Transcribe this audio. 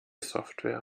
software